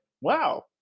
wow